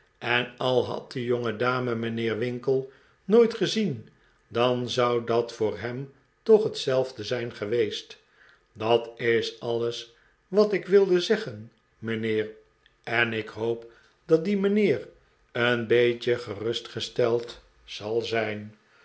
en al had de jongedame mijnheer winkle nooit gezien dan zou dat voor hem toch hetzelfde zijn geweest dat is alles wat ik wilde zeggen mijnheer en ik hoop dat die mijnheer een beetje gerustgesteld zal zijn